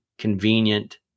convenient